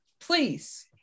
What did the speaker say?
please